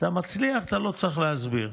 כשאתה מצליח אתה לא צריך להסביר.